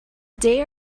they